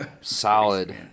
Solid